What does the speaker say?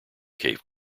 cave